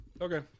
Okay